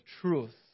truth